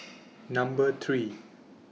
Number three